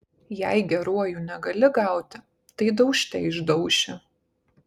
jei geruoju negali gauti tai daužte išdauši